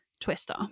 Twister